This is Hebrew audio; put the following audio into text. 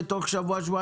סיוע.